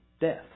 death